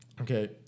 Okay